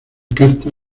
carta